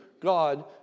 God